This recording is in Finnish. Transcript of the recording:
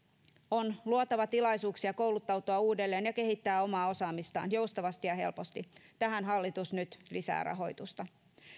on luotava tilaisuuksia kouluttautua uudelleen ja kehittää omaa osaamistaan joustavasti ja helposti tähän hallitus nyt lisää rahoitusta